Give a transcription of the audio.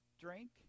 drink